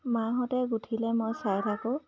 মাহঁতে গোঁঠিলে মই চাই থাকোঁ